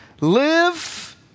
Live